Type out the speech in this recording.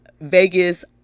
Vegas